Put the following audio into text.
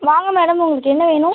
வாங்க மேடம் உங்களுக்கு என்ன வேணும்